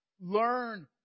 learn